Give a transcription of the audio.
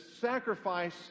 sacrifice